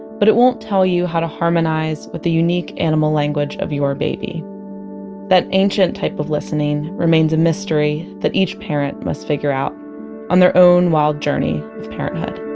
but it won't tell you how to harmonize with the unique animal language of your baby that ancient type of listening remains a mystery that each parent must figure out on their own wild journey of parenthood